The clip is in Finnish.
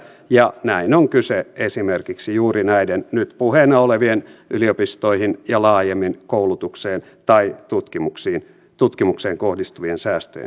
ja tästä on kyse esimerkiksi juuri näiden nyt puheena olevien yliopistoihin ja laajemmin koulutukseen tai tutkimukseen kohdistuvien säästöjen kohdalla